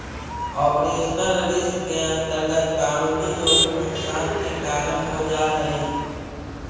operational risk के अंतर्गत कानूनी जोखिम नुकसान के कारण हो जा हई